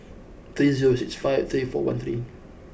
three zero six five three four one three